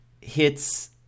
hits